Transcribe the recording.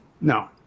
No